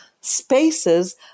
spaces –